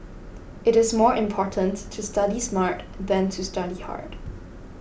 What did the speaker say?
it is more important to study smart than to study hard